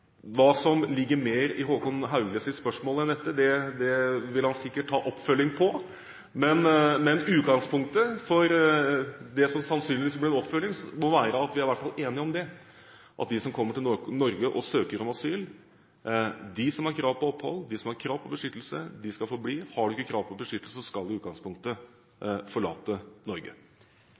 Hva som mer ligger i Håkon Hauglis spørsmål enn dette, vil han sikkert ta oppfølging på. Men utgangspunktet for det som sannsynligvis blir en oppfølging, må være at vi i alle fall er enige om at de som kommer til Norge og søker om asyl, de som har krav på opphold, de som har krav på beskyttelse, de skal få bli. Har du ikke krav på beskyttelse, skal du i utgangspunktet forlate Norge.